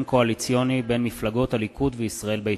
קואליציוני בין מפלגות הליכוד וישראל ביתנו.